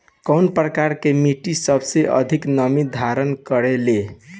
कउन प्रकार के मिट्टी सबसे अधिक नमी धारण करे ले?